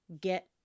get